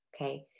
okay